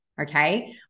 Okay